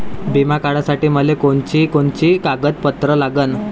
बिमा काढासाठी मले कोनची कोनची कागदपत्र लागन?